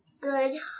Good